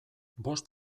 bost